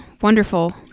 wonderful